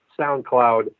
SoundCloud